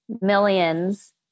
millions